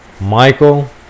Michael